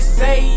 say